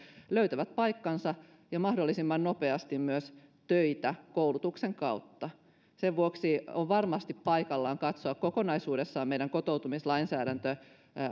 kansalaisuuden löytävät paikkansa ja mahdollisimman nopeasti myös töitä koulutuksen kautta sen vuoksi on varmasti paikallaan katsoa kokonaisuudessaan meidän kotoutumislainsäädäntö